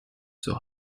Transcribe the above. zur